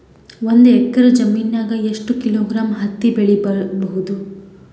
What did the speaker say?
ಒಂದ್ ಎಕ್ಕರ ಜಮೀನಗ ಎಷ್ಟು ಕಿಲೋಗ್ರಾಂ ಹತ್ತಿ ಬೆಳಿ ಬಹುದು?